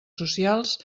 socials